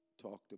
talked